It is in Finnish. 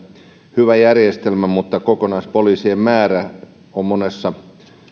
hyvä järjestelmä mutta poliisien kokonaismäärä on monessa